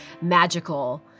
magical